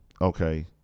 okay